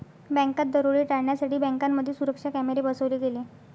बँकात दरोडे टाळण्यासाठी बँकांमध्ये सुरक्षा कॅमेरे बसवले गेले